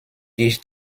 ich